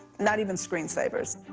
not even screensavers.